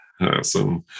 awesome